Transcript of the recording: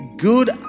good